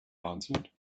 answered